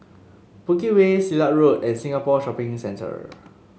Bukit Way Silat Road and Singapore Shopping Centre